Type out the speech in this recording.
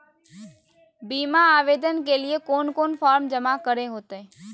बीमा आवेदन के लिए कोन कोन फॉर्म जमा करें होते